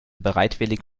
bereitwillig